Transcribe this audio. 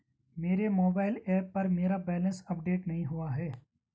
मेरे mobile app पर मेरा बैलेंस अपडेट नहीं हुआ है